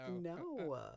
No